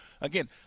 again